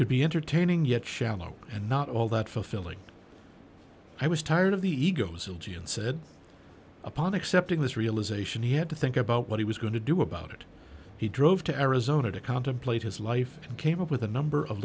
could be entertaining yet shallow and not all that fulfilling i was tired of the ego zildjian said upon accepting this realisation he had to think about what he was going to do about it he drove to arizona to contemplate his life and came up with a number of